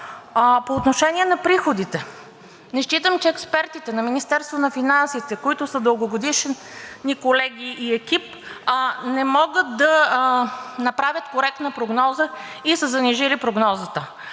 По отношение на приходите. Не считам, че експертите на Министерството на финансите, които са дългогодишни колеги и екип, не могат да направят коректна прогноза и са занижили прогнозата,